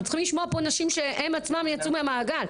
אנחנו צריכים לשמוע פה נשים שהן עצמן יצאו מהמעגל.